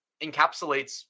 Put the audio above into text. encapsulates